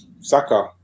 Saka